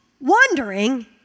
wondering